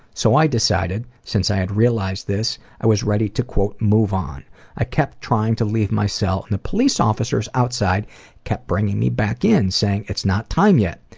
so i decided, since i had realized this, i was ready to move on i kept trying to leave my cell and the police officers outside kept bringing me back in saying it's not time yet.